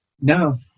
No